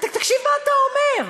תקשיב מה אתה אומר.